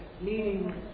meaning